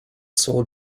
soul